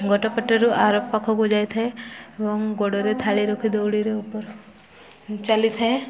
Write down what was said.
ଗୋଟେ ପଟରୁ ଆର ପାଖକୁ ଯାଇଥାଏ ଏବଂ ଗୋଡ଼ରେ ଥାଳି ରଖି ଦୌଡ଼ିରେ ଉପରେ ଚାଲିଥାଏ